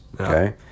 okay